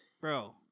Bro